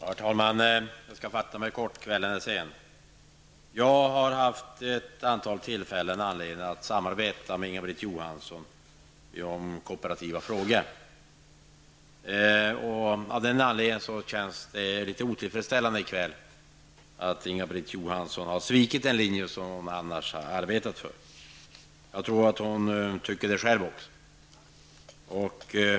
Herr talman! Jag skall fatta mig kort eftersom kvällen är sen. Jag har vid ett antal tillfällen haft anledning att samarbeta med Inga-Britt Johansson om kooperativa frågor. Av den anledningen känns det litet otillfredsställande i kväll att Inga-Britt Johansson har svikit den linje som hon annars har arbetat för. Jag tror att hon tycker det själv också.